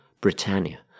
Britannia